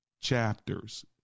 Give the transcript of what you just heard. chapters